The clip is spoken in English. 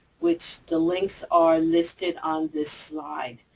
which the links are listed on this slide.